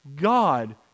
God